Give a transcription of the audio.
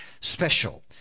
special